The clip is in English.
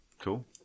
cool